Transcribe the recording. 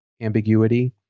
ambiguity